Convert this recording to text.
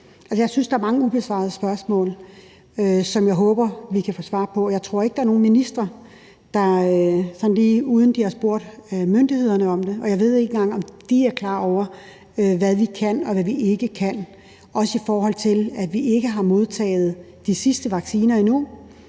Jeg synes, der er mange ubesvarede spørgsmål, som jeg håber vi kan få svar på. Jeg tror ikke, der er nogen ministre, der sådan lige, uden de har spurgt myndighederne om det, kan svare på det. Jeg ved ikke engang, om de er klar over, hvad vi kan, og hvad vi ikke kan, også i forhold til at vi ikke har modtaget de sidste vacciner endnu.